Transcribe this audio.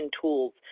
tools